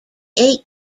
eight